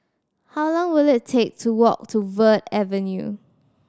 how long will it take to walk to Verde Avenue